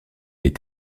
est